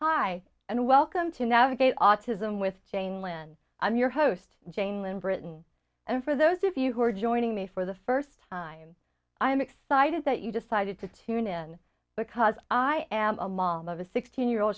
hi and welcome to navigate autism with jane lan i'm your host jane lynn britain and for those of you who are joining me for the first time i am excited that you decided to tune in because i am a mom of a sixteen year old